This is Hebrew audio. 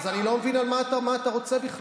עאידה תומא סלימאן, תפדלי.